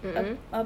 mm mm